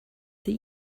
that